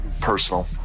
personal